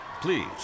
Please